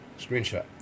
Screenshot